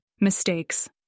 Mistakes